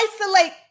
isolate